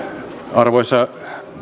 arvoisa